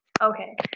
Okay